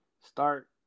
start